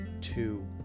two